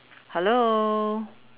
hello